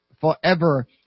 forever